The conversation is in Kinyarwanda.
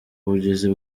ubugizi